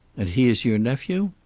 and he is your nephew?